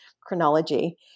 chronology